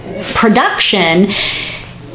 production